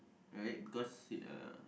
right because ya